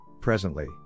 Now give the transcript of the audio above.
presently